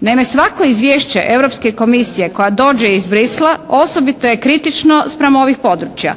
Naime, svako izvješće Europske komisije koja dođe iz Bruxellesa osobito je kritično spram ovih područja